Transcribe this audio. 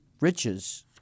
riches